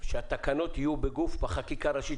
כך שהתקנות יהיו בחקיקה ראשית.